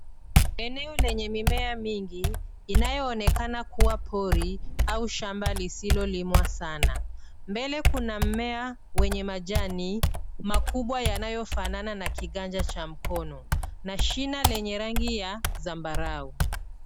Eneo lenye mimea mingi inayonekana kuwa pori au shamba lisilolimwa sana. Mbele kuna mmea wenye majani makubwa yanayofanana na kiganja cha mkono na shina lenye rangi ya zambarau.